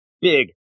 big